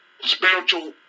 spiritual